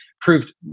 proved